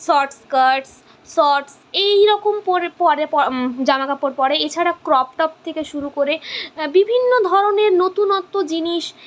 short skirts shorts এইরকম পরে পরে জামাকাপড় পরে এছাড়া ক্রপ টপ থেকে শুরু করে বিভিন্ন ধরনের নতুনত্ব জিনিস